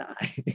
die